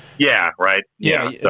yeah, right? yeah, yeah